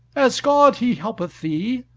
as god he helpeth thee,